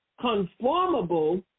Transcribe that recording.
conformable